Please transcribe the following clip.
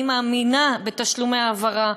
אני מאמינה בתשלומי העברה.